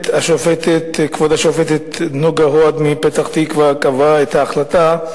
כבוד השופטת נגה אהד מפתח-תקווה נתנה את ההחלטה.